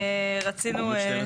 בלא שהציג בכתב,